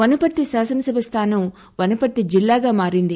వనపర్తి శాసనసభ స్థానం వనపర్తి జిల్లాగా మారింది